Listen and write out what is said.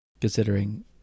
considering